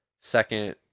second